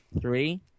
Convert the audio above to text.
three